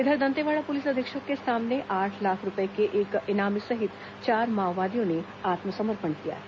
इधर दंतेवाड़ा पुलिस अधीक्षक के सामने आठ लाख रूपये के एक इनामी सहित चार माओवादियों ने आत्मसमर्पण किया है